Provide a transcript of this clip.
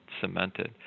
cemented